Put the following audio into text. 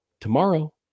tomorrow